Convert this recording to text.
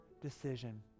decision